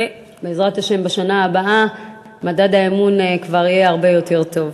ובעזרת השם בשנה הבאה מדד האמון כבר יהיה הרבה יותר טוב.